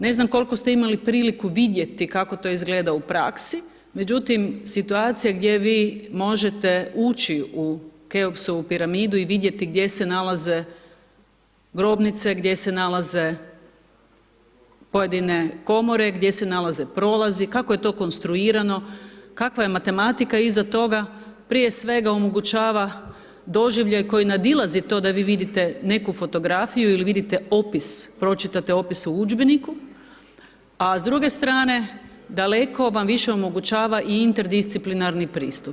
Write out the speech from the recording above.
Ne znam koliko ste imali priliku vidjeti, kako to izgleda u praksi, međutim situacija gdje vi možete ući u Keopsovu piramidu i vidjeti gdje se nalaze grobnice, gdje se nalaze pojedine komore, gdje se nalaze prolazi, kako je to konstruirano, kakva je matematika iza toga, prije svega omogućava doživljaj koji nadilazi to da vi vidite neku fotografiju ili vidite opis, pročitate opis u udžbeniku, a s druge strane daleko vam više omogućava i interdisciplinarni pristup.